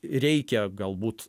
reikia galbūt